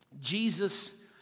Jesus